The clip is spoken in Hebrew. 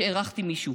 כשאירחתי מישהו,